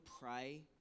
pray